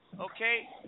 okay